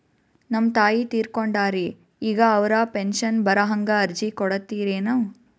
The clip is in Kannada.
ನಮ್ ತಾಯಿ ತೀರಕೊಂಡಾರ್ರಿ ಈಗ ಅವ್ರ ಪೆಂಶನ್ ಬರಹಂಗ ಅರ್ಜಿ ಕೊಡತೀರೆನು?